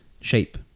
Shape